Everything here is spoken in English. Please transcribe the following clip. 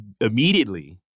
immediately